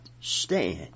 stand